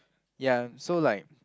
ya so like